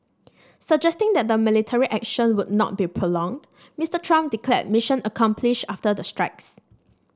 suggesting that the military action would not be prolonged Mister Trump declared mission accomplished after the strikes